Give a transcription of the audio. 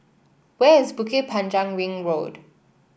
where is Bukit Panjang Ring Road